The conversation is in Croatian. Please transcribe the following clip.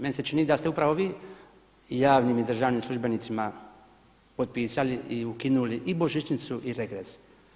Meni se čini da ste upravo vi javnim i državnim službenicima potpisali i ukinuli i božićnicu i regres.